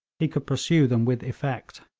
he could pursue them with effect.